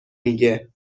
میگه